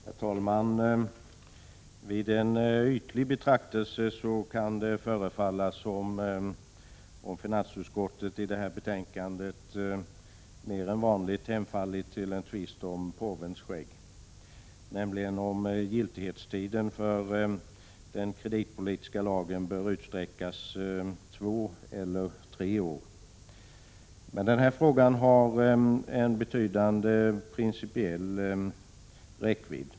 Herr talman! Vid en ytlig betraktelse kan det förefalla som om finansutskottet i det här betänkandet mer än vanligt hemfallit till en tvist om påvens skägg, nämligen om giltighetstiden för den kreditpolitiska lagen bör utsträckas två eller tre år. Men den här frågan har en betydande principiell räckvidd.